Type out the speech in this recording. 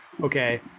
okay